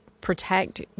protect